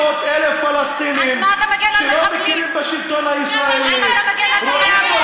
חיים 300,000 פלסטינים, אז מה אתה מגן על מחבלים?